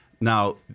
Now